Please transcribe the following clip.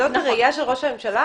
זאת הראיה של ראש הממשלה?